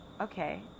okay